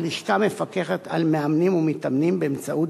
הלשכה מפקחת על מאמנים ומתאמנים באמצעות